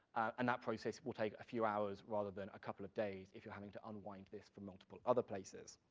and that process will take a few hours, rather than a couple of days, if you're having to unwind this from multiple other places.